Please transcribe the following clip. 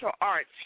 arts